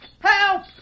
Help